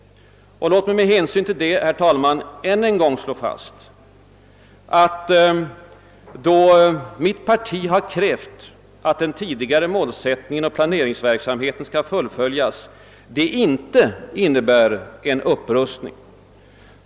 Låt mig med hänsyn till detta, herr talman, än en gång slå fast att då mitt parti har krävt att den tidigare målsättningen och «planeringsverksamheten skall fullföljas detta inte innebär en upprustning.